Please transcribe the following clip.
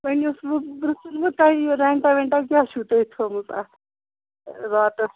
یہِ رٮ۪نٹا وٮ۪نٛٹا کیٛاہ چھُو تۄہہِ تھوٚمُت اَتھ راتَس